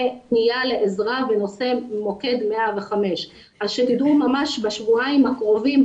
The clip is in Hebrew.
פנייה לעזרה בנושא מוקד 105. ממש בשבועיים הקרובים,